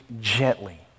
gently